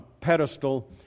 pedestal